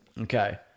Okay